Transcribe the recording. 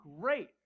great